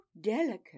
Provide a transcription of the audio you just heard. delicate